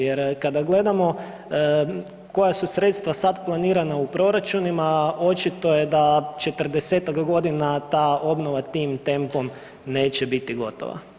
Jer kada gledamo koja su sredstva sad planirana u proračunima očito je da 40-tak godina ta obnova tim tempom neće biti gotova.